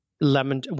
lemon